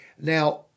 Now